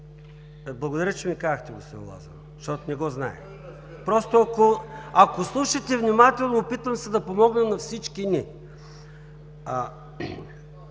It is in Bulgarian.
Благодаря, че ми казахте господин Лазаров, защото не го знаех. Ако слушате внимателно, опитвам се да помогна на всички ни.